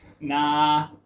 Nah